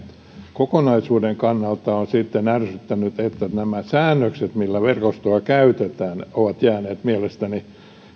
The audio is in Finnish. kokonaisuuden kannalta on sitten ärsyttänyt on se että nämä säännökset millä verkostoa käytetään ovat jääneet mielestäni